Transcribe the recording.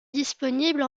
disponible